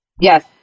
Yes